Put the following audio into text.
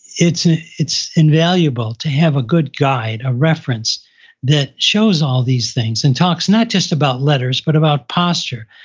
it's ah it's invaluable to have a good guide, a reference that shows all these things. and talks not just about letters, but about posture,